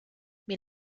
mais